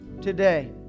Today